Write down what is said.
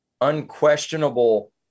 unquestionable